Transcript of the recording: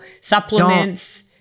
supplements